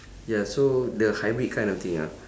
ya so the hybrid kind of thing ah